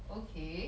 okay